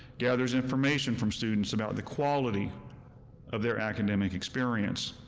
gathers information from students about the quality of their academic experience.